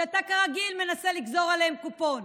שאתה כרגיל מנסה לגזור עליהם קופון.